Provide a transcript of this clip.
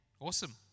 Awesome